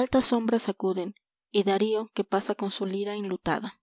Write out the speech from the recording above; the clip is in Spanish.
altas sonbras acuden y dajjoque pasa con su lira enlutada